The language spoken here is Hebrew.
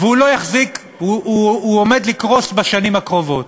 הוא עומד לקרוס בשנים הקרובות,